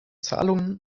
zahlungen